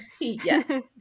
Yes